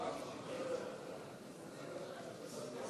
47. הצעת חוק לימוד חובה (תיקון,